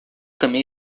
também